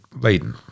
laden